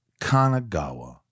Kanagawa